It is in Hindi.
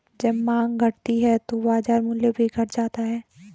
जब माँग घटती है तो बाजार मूल्य भी घट जाता है